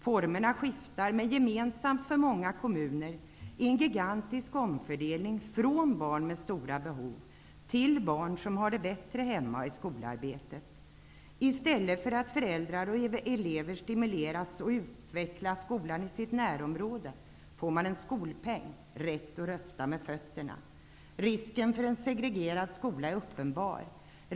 Formerna skiftar, men gemensamt för många kommuner är en gigantisk omfördelning från barn med stora behov till barn som har det bättre hemma och i skolarbetet. I stället för att föräldrar och elever stimuleras att utveckla skolan i sitt närområde ges de en skolpeng och rätt att rösta med fötterna. Risken för en segregerad skola är uppenbar.